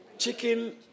Chicken